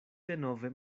denove